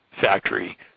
factory